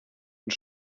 und